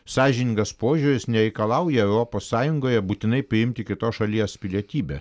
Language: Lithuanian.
sąžiningas požiūris nereikalauja europos sąjungoje būtinai priimti kitos šalies pilietybę